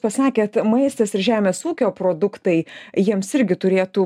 pasakėt maistas ir žemės ūkio produktai jiems irgi turėtų